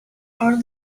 are